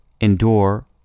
endure